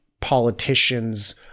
politicians